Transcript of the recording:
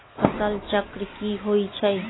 फसल चक्र की होइ छई?